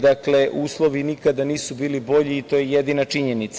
Dakle, uslovi nikada nisu bili bolji i to je jedina činjenica.